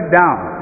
down